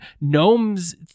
gnomes